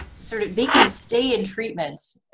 sort of, they can stay in treatment